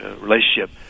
relationship